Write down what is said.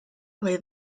play